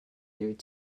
through